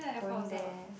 going there